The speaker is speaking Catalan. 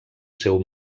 seu